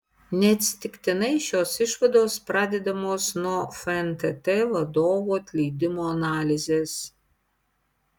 neatsitiktinai šios išvados pradedamos nuo fntt vadovų atleidimo analizės